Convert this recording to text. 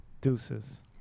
Deuces